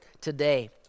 today